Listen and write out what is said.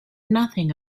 nothing